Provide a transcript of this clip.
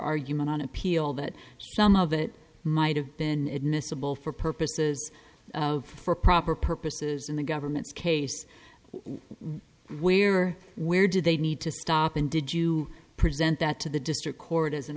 argument on appeal that some of it might have been admissible for purposes for proper purposes in the government's case when where or where did they need to stop and did you present that to the district court as an